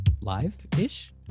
live-ish